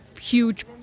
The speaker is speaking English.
huge